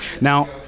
now